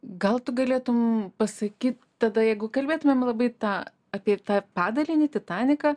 gal tu galėtum pasakyt tada jeigu kalbėtumėm labai tą apie tą padalinį titaniką